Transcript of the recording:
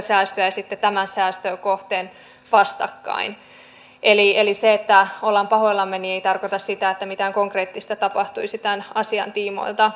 eli se että olemme pahoillamme ei tarkoita sitä että mitään konkreettista tapahtuisi tämän asian tiimoilta